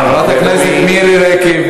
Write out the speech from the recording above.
חברת הכנסת מירי רגב,